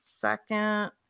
second